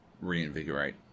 reinvigorate